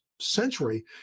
century